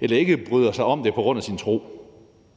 eller ikke bryder sig om det på grund af sin tro.